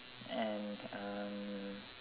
and um